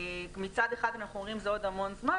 שמצד אחד אומרים שזה עוד המון זמן,